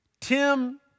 Tim